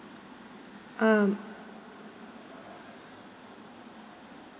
um